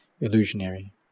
illusionary